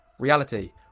reality